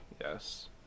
Yes